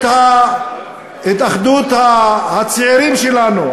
את אחדות הצעירים שלנו,